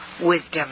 wisdom